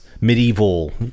medieval